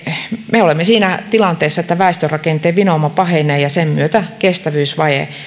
me olemme siinä tilanteessa että väestörakenteen vinouma pahenee ja sen myötä kestävyysvaje